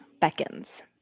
Beckons